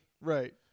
Right